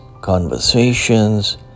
conversations